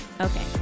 Okay